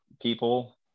people